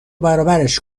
برابرش